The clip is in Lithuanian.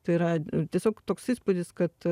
tai yra tiesiog toks įspūdis kad